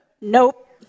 nope